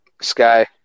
sky